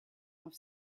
off